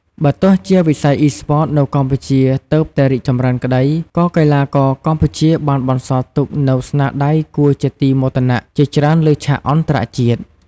បើទោះជាវិស័យ Esports នៅកម្ពុជាទើបតែរីកចម្រើនក្តី ក៏កីឡាករកម្ពុជាបានបន្សល់ទុកនូវស្នាដៃគួរជាទីមោទនៈជាច្រើនលើឆាកអន្តរជាតិ។